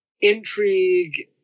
intrigue